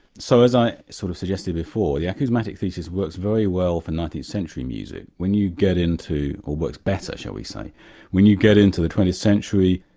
so as i sort of suggested before, the acousmatic pieces works very well for nineteenth century music. when you get into or works better shall we say when you get into the twentieth century,